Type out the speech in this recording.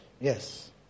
Yes